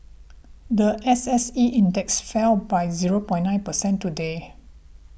the S S E index fell by zero point nine percent today